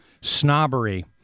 snobbery